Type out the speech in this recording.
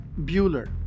Bueller